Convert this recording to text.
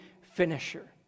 finisher